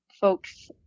Folks